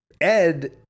ed